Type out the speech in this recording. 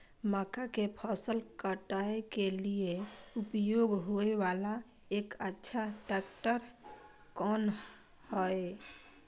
मक्का के फसल काटय के लिए उपयोग होय वाला एक अच्छा ट्रैक्टर कोन हय?